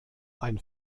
ein